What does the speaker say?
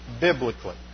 biblically